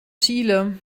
chile